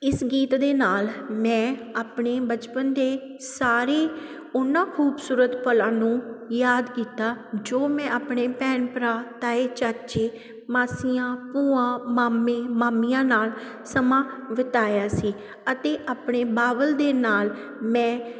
ਇਸ ਗੀਤ ਦੇ ਨਾਲ ਮੈਂ ਆਪਣੇ ਬਚਪਨ ਦੇ ਸਾਰੇ ਉਹਨਾਂ ਖੂਬਸੂਰਤ ਪਲਾਂ ਨੂੰ ਯਾਦ ਕੀਤਾ ਜੋ ਮੈਂ ਆਪਣੇ ਭੈਣ ਭਰਾ ਤਾਏ ਚਾਚੇ ਮਾਸੀਆਂ ਭੂਆ ਮਾਮੇ ਮਾਮੀਆਂ ਨਾਲ ਸਮਾਂ ਬਿਤਾਇਆ ਸੀ ਅਤੇ ਆਪਣੇ ਬਾਬਲ ਦੇ ਨਾਲ ਮੈਂ